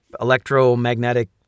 electromagnetic